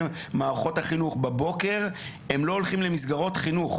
מערכות החינוך בבוקר לא הולכים למסגרות חינוך.